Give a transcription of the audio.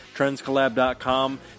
TrendsCollab.com